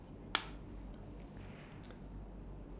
okay the dog is wearing a seatbelt